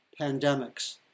pandemics